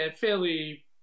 fairly